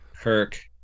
Kirk